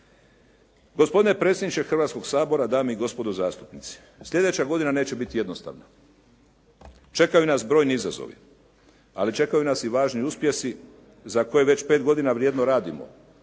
Gospodine predsjedniče Hrvatskog sabora, dame i gospodo zastupnici sljedeća godina neće biti jednostavna. Čekaju nas brojni izazovi, ali čekaju nas i važni uspjesi za koje već pet godina vrijedno radimo